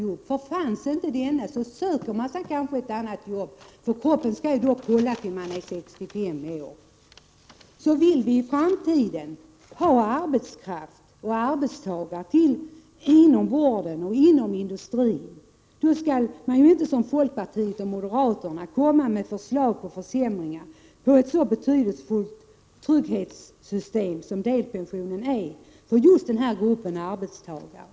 Om inte denna delpension finns, söker man sig kanske ett annat jobb — kroppen skall ju ändå hålla till dess att man är 65 år. Om vi i framtiden vill ha arbetstagare inom vården och i industrin skall vi inte, som folkpartiet och moderaterna, komma med förslag om försämringar i ett så betydelsefullt trygghetssystem som delpensionen utgör för just denna grupp arbetstagare.